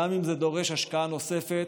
גם אם זה דורש השקעה נוספת,